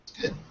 Good